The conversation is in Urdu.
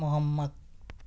محمد